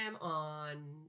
on